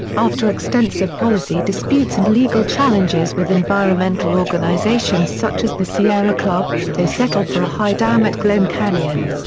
after extensive policy disputes and legal challenges with environmental organizations such as the sierra club, they settled for a high dam at glen canyon.